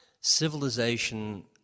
Civilization